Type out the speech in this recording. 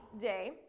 day